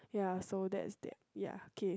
ya so that's that ya K